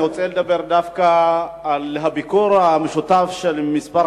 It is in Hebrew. אני רוצה לדבר דווקא על הביקור המשותף של כמה